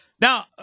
Now